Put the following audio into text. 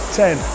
ten